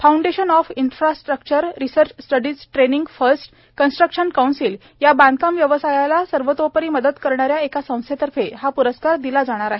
foundation of infrastructure research studies training first construction council या बांधकाम व्यवसायाला सर्वतोपरी मदत करणाऱ्या एका संस्थेतर्फे हा पुरस्कार दिला जाणार आहे